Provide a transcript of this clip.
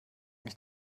mich